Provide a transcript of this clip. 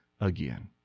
again